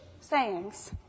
sayings